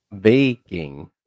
Baking